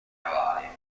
navale